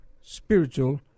spiritual